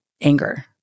anger